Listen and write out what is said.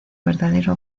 verdadero